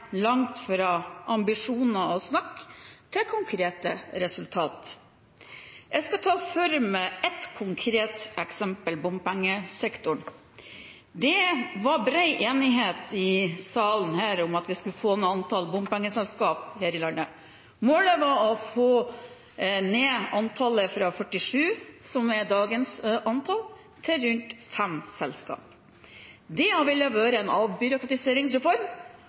langt fra ambisjoner og snakk til konkrete resultat. Jeg skal ta for meg ett konkret eksempel, bompengesektoren. Det var bred enighet i salen om at vi skulle få ned antall bompengeselskap her i landet. Målet var å få ned antallet fra 47, som er dagens antall, til rundt fem selskap. Det ville ha vært en avbyråkratiseringsreform,